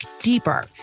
deeper